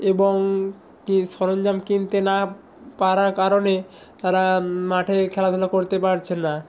এবং কী সরঞ্জাম কিনতে না পারার কারণে তারা মাঠে খেলাধুলো করতে পারছে না